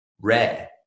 rare